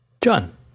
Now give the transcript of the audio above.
John